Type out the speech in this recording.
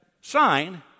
sign